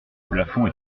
plafond